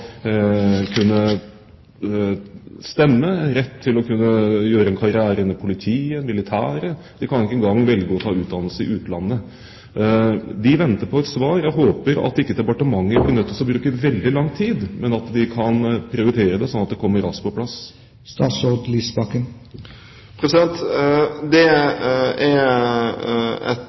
kunne stemme, rett til å kunne gjøre karriere i politiet eller i det militære. De kan ikke engang velge å ta utdannelse i utlandet. De venter på et svar. Jeg håper at ikke departementet blir nødt til å bruke veldig lang tid, men at de kan prioritere dette, slik at det kommer raskt på plass. Det er et hensyn som jeg naturlig nok også er opptatt av. Det er